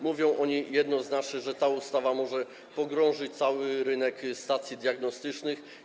Mówią oni jednoznacznie, że ta ustawa może pogrążyć cały rynek stacji diagnostycznych.